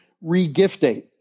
re-gifting